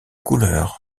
couleur